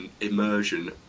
immersion